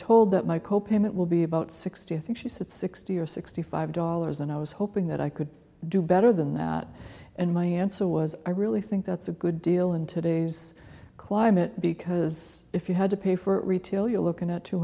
told that my co payment will be about sixty i think she said sixty or sixty five dollars and i was hoping that i could do better than that and my answer was i really think that's a good deal in today's climate because if you had to pay for retail you're looking at two